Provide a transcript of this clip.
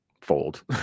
Fold